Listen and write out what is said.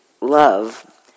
love